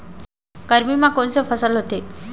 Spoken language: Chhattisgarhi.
गरमी मा कोन से फसल होथे?